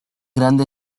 grande